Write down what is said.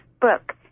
book